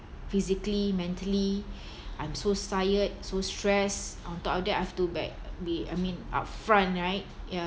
physically mentally I'm so tired so stressed on top of that I've to back be I mean upfront right ya